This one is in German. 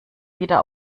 wieder